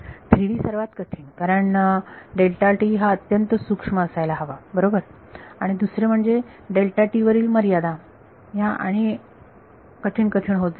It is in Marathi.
थ्रीडी सर्वात कठीण कारण हा अत्यंत सूक्ष्म असायला हवा बरोबर आणि दुसरे म्हणजे वरील मर्यादा ह्या आणि कठीण आणि कठीण होतात